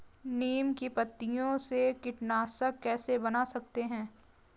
नीम की पत्तियों से कीटनाशक कैसे बना सकते हैं?